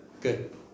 good